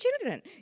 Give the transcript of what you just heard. children